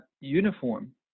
uniform